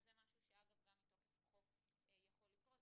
אגב, זה משהו שגם מתוקף החוק יכול לקרות